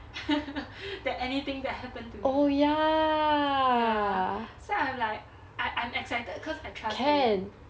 that anything that happen to me ya so I'm like I'm excited cause I trust them